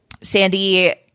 Sandy